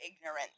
ignorant